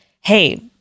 Hey